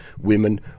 Women